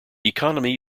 economy